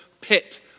pit